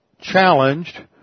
challenged